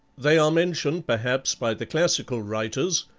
they are mentioned perhaps by the classical writers,